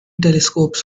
telescopes